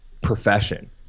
profession